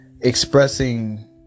expressing